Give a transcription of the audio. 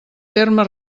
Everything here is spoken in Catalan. termes